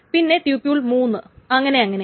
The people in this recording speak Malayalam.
പിന്നെ ട്യൂപ്യൂൾ മൂന്ന് അങ്ങനെ അങ്ങനെ